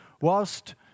whilst